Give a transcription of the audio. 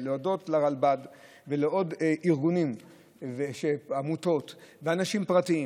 אני מבקש להודות לרלב"ד ולעוד ארגונים ועמותות ואנשים פרטיים,